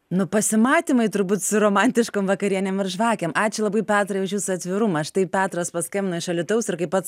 nu pasimatymai turbūt su romantiškom vakarienėm ir žvakėm ačiū labai petrai už jūsų atvirumą štai petras paskambino iš alytaus ir kaip pats